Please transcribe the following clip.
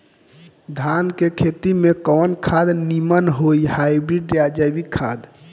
धान के खेती में कवन खाद नीमन होई हाइब्रिड या जैविक खाद?